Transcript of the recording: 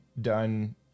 done